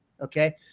okay